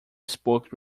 spoke